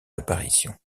apparition